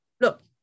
look